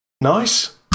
Nice